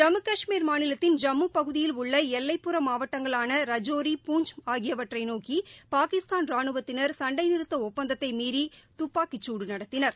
ஜம்மு கஷ்மீர் மாநிலத்தின் ஜம்முபகுதியில் உள்ளஎல்லைப்புற மாவட்டங்களானரஜோரி பூஞ்ச் ஆகியவற்றைநோக்கிபாகிஸ்தான் ரானுவத்தினர் சண்டைநிறுத்தஒப்பந்தத்தைமீறிதுப்பாக்கிசூடுநடத்தினர்